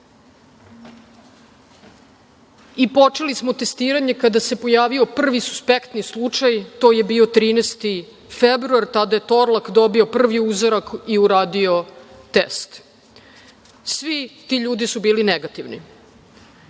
i počeli smo testiranje kada se pojavio prvi suspektni slučaj, a to je bio 13. februar. Tada je Torlak dobio prvi uzorak i uradio test. Svi ti ljudi su bili negativni. Dakle,